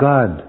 God